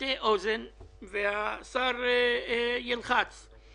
ומה עם תקצוב דיפרנציאלי?